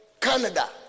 Canada